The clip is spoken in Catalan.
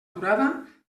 durada